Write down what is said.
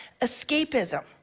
escapism